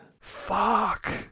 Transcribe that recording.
Fuck